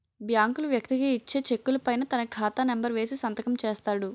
బ్యాంకులు వ్యక్తికి ఇచ్చే చెక్కుల పైన తన ఖాతా నెంబర్ వేసి సంతకం చేస్తాడు